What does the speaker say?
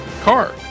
car